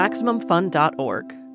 MaximumFun.org